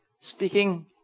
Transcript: speaking